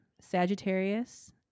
Sagittarius